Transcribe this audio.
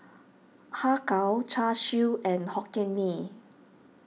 Har Kow Char Siu and Hokkien Mee